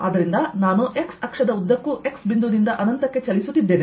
ಆದ್ದರಿಂದ ನಾನು x ಅಕ್ಷದ ಉದ್ದಕ್ಕೂ x ಬಿಂದುವಿನಿಂದ ಅನಂತಕ್ಕೆ ಚಲಿಸುತ್ತಿದ್ದೇನೆ